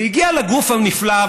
זה הגיע לגוף הנפלא,